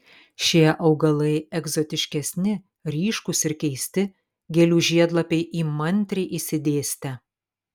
šie augalai egzotiškesni ryškūs ir keisti gėlių žiedlapiai įmantriai išsidėstę